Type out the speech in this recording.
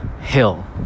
hill